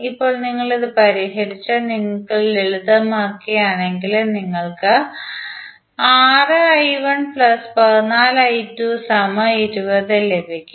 ഇപ്പോൾ നിങ്ങൾ അത് പരിഹരിച്ചാൽ നിങ്ങൾ അത് ലളിതമാക്കുകയാണെങ്കിൽ നിങ്ങൾക്ക് ലഭിക്കും